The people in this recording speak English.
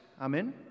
Amen